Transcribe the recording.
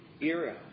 era